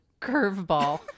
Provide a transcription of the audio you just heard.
curveball